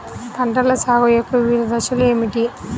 పంటల సాగు యొక్క వివిధ దశలు ఏమిటి?